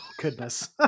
goodness